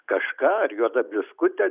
kažką ar juodą bliuskutę